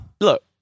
look